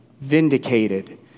vindicated